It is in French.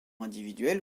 individuelle